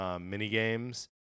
mini-games